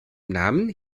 namen